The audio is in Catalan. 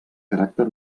caràcter